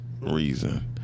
reason